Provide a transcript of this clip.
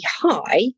high